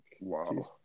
wow